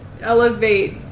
elevate